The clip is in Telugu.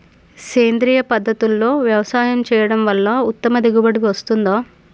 సేంద్రీయ పద్ధతుల్లో వ్యవసాయం చేయడం వల్ల ఉత్తమ దిగుబడి వస్తుందా?